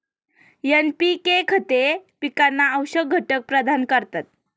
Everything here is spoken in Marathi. एन.पी.के खते पिकांना आवश्यक घटक प्रदान करतात